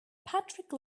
patrick